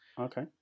Okay